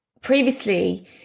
previously